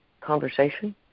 conversation